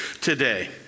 today